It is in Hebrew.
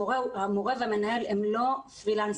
המורים והמנהל הם לא פרילנסרים,